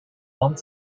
one